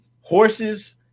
horses